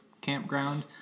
campground